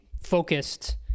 focused